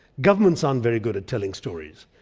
governments aren't very good at telling stories.